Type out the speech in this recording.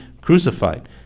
crucified